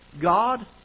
God